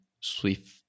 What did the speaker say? Swift